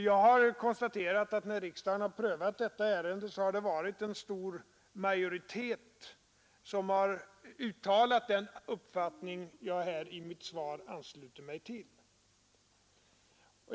Jag har konstaterat att när riksdagen har prövat detta ärende har en stor majoritet uttalat den uppfattning som jag i mitt svar ansluter mig till.